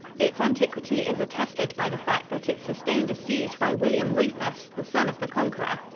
its antiquity is attested by the fact that it sustained a siege by william rufus, the son of the conqueror.